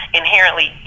inherently